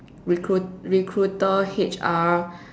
recruit recruiter H_R